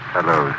Hello